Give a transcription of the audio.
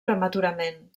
prematurament